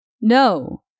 No